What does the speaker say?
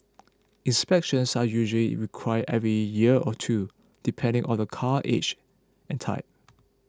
inspections are usually required every year or two depending on the car's age and type